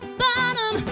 bottom